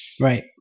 Right